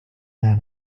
man